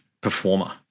performer